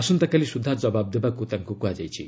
ଆସନ୍ତାକାଲି ସୁଦ୍ଧା ଜବାବ୍ ଦେବାକୁ ତାଙ୍କୁ କୁହାଯାଇଛି